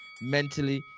mentally